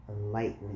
lightly